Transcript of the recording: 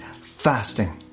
fasting